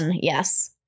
Yes